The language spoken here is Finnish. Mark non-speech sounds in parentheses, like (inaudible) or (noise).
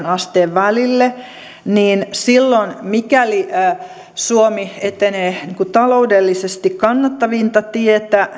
(unintelligible) asteen välille silloin mikäli suomi etenee taloudellisesti kannattavinta tietä